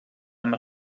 amb